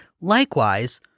Likewise